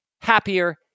happier